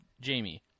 Jamie